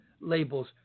labels